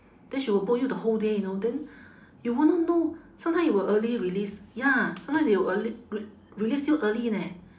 then she will book you the whole day you know then you wouldn't know sometimes they will early release ya sometimes they will early re~ release you early leh